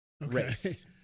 race